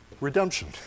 redemption